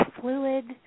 fluid